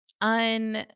un –